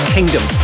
Kingdom